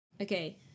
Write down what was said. Okay